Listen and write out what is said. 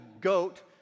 GOAT